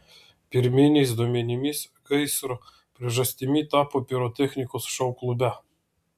pirminiais duomenimis gaisro priežastimi tapo pirotechnikos šou klube